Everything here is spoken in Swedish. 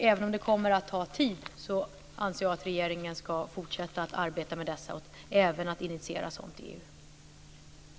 Även om det kommer att ta tid anser jag att regeringen skall fortsätta att arbeta med dessa och även initiera ett sådant i EU.